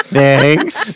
Thanks